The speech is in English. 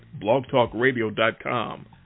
blogtalkradio.com